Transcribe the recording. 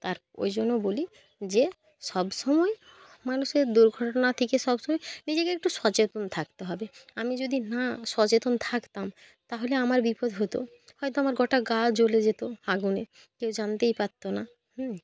তার ওই জন্য বলি যে সব সময় মানুষের দুর্ঘটনার থেকে সব সময় নিজেকে একটু সচেতন থাকতে হবে আমি যদি না সচেতন থাকতাম তাহলে আমার বিপদ হতো হয়তো আমার গোটা গা জ্বলে যেত আগুনে কেউ জানতেই পারতো না